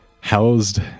Housed